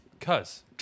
Cuz